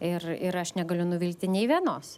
ir ir aš negaliu nuvilti nei vienos